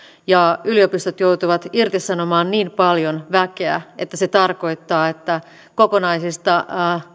ja yliopistot joutuvat irtisanomaan niin paljon väkeä että se tarkoittaa että kokonaisista